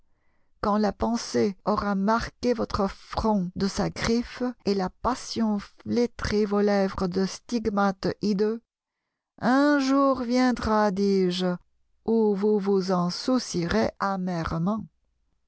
quand la pensée aura marqué votre front de sa griffe et la passion flétri vos lèvres de stigmates hideux un jour viendra dis-je où vous vous en soucierez amèrement